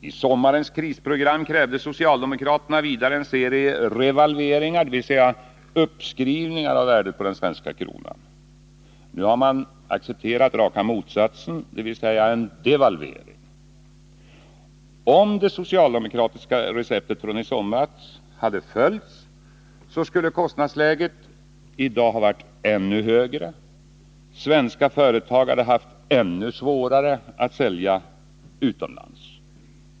I sommarens krisprogram krävde socialdemokraterna vidare en serie revalveringar, dvs. uppskrivningar av den svenska kronan. Nu har man accepterat raka motsatsen, dvs. devalvering. Om det socialdemokratiska receptet från i somras hade följts, skulle kostnadsläget i dag ha varit ännu högre, svenska företag hade haft ännu svårare att sälja utomlands.